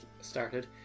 started